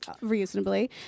reasonably